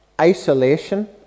isolation